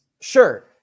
Sure